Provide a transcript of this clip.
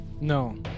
No